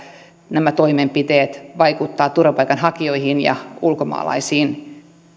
nämä toimenpiteet vaikuttavat turvapaikanhakijoihin ja ulkomaalaisiin